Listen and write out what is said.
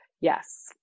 Yes